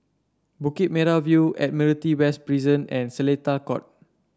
Bukit Merah View Admiralty West Prison and Seletar Court